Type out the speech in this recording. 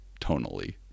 tonally